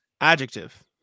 adjective